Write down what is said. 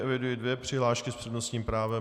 Eviduji dvě přihlášky s přednostním právem.